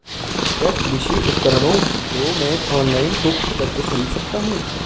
क्या कृषि उपकरणों को मैं ऑनलाइन बुक करके खरीद सकता हूँ?